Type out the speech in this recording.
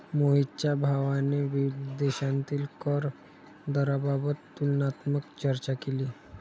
मोहितच्या भावाने विविध देशांतील कर दराबाबत तुलनात्मक चर्चा केली